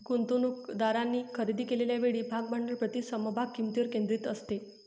गुंतवणूकदारांनी खरेदी केलेल्या वेळी भाग भांडवल प्रति समभाग किंमतीवर केंद्रित असते